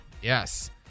Yes